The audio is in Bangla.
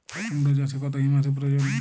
কুড়মো চাষে কত হিউমাসের প্রয়োজন?